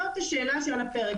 זאת השאלה שעל הפרק,